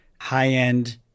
high-end